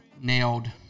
nailed